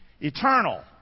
eternal